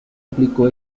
aplicó